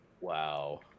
Wow